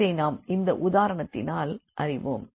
இதை நாம் இந்த உதாரணத்தினால் அறிவோம்